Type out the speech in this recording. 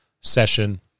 session